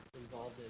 involved